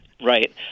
right